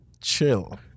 Chill